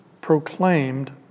proclaimed